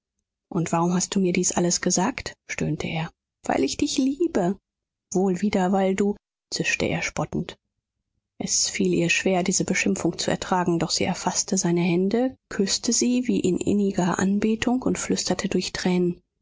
und warum hast du mir dies alles gesagt stöhnte er weil ich dich liebe wohl wieder weil du zischte er spottend es fiel ihr schwer diese beschimpfung zu ertragen doch sie erfaßte seine hände küßte sie wie in inniger anbetung und flüsterte durch tränen